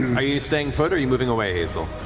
are you staying put or are you moving away, hazel?